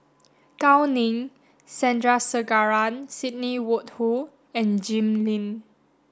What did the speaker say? Gao Ning Sandrasegaran Sidney Woodhull and Jim Lim